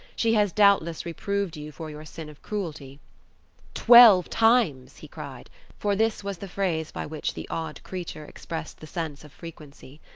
she has doubtless reproved you for your sin of cruelty twelve times he cried for this was the phrase by which the odd creature expressed the sense of frequency.